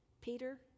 Peter